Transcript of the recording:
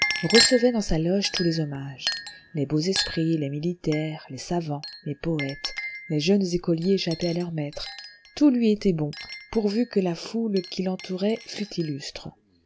recevait dans sa loge tous les hommages les beaux esprits les militaires les savants les poètes les jeunes écoliers échappés à leur maître tout lui était bon pourvu que la foule qui l'entourait fût illustre